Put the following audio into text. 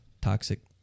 toxic